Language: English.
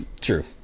True